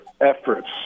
efforts